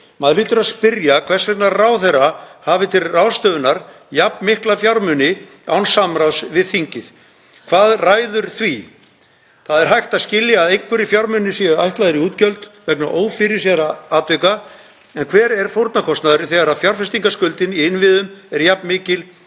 Maður hlýtur að spyrja hvers vegna ráðherra hafi til ráðstöfunar jafn mikla fjármuni án samráðs við þingið. Hvað ræður því? Það er hægt að skilja að einhverjir fjármunir séu ætlaðir í útgjöld vegna ófyrirséðra atvika. En hver er fórnarkostnaðurinn þegar fjárfestingarskuldin í innviðum er jafn mikil